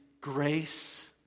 grace